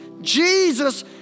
Jesus